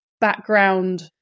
background